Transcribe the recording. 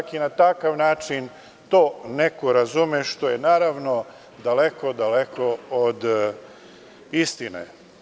Čak i na takav način to neko razume, što je naravno daleko, daleko od istine.